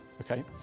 okay